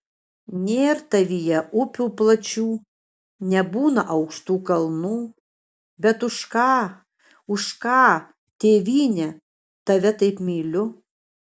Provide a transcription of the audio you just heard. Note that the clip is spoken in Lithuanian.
nėr tavyje upių plačių nebūna aukštų kalnų bet už ką už ką tėvyne tave taip myliu